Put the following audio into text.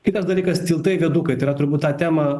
kitas dalykas tiltai viadukai tai yra turbūt ta tema